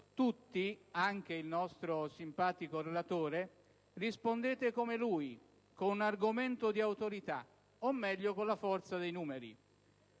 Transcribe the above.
tutti - anche il nostro simpatico relatore - rispondete come lui, con un argomento d'autorità o, meglio, con la forza dei numeri.